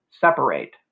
separate